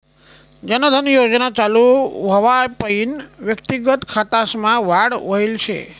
जन धन योजना चालू व्हवापईन व्यक्तिगत खातासमा वाढ व्हयल शे